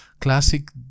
Classic